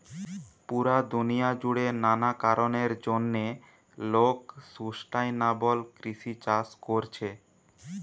পুরা দুনিয়া জুড়ে নানা কারণের জন্যে লোক সুস্টাইনাবল কৃষি চাষ কোরছে